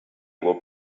will